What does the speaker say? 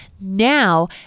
now